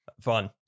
Fun